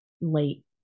late